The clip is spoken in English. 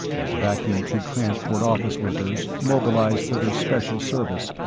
as vacuum tube transport office workers, mobilized for this special service,